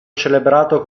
celebrato